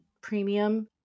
premium